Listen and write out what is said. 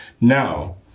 now